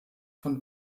von